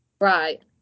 Right